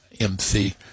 MC